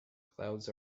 clouds